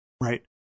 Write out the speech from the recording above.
Right